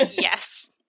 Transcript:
Yes